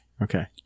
Okay